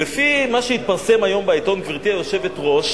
לפי מה שהתפרסם היום בעיתון, גברתי היושבת-ראש,